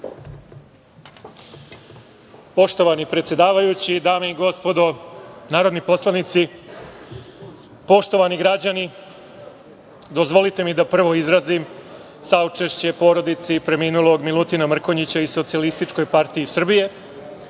Poštovani predsedavajući, dame i gospodo narodni poslanici, poštovani građani. Dozvolite mi da prvo izrazim saučešće porodici preminulog Milutina Mrkonjića i SPS.Tražim obaveštenje